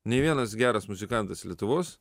nei vienas geras muzikantas lietuvos